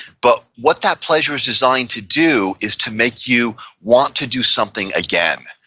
but what that pleasure is designed to do is to make you want to do something again,